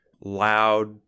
loud